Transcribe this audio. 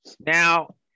now